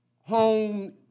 home